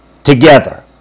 together